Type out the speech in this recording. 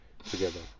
Together